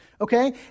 okay